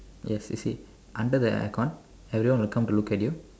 yes you see under the aircon everyone will come to look at you